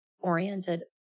oriented